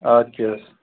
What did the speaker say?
اَدٕ کیٛاہ حظ